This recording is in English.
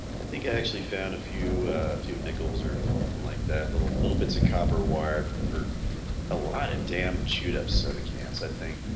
i think i actually found a few few nickels are like that little little bits of copper wire but for a lot of damn chewed up soda cans i think